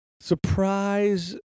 Surprise